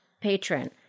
patron